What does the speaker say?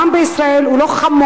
העם בישראל הוא לא חמור,